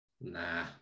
Nah